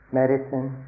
medicine